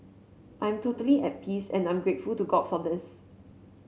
I'm totally at peace and I'm grateful to God for this